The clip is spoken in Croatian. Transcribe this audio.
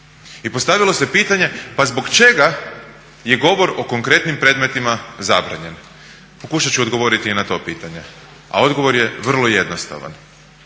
I postavilo se pitanje pa zbog čega je govor o konkretnim predmetima zabranjen? Pokušat ću odgovoriti i na to pitanje, a odgovor je vrlo jednostavan.